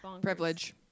Privilege